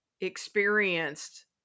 experienced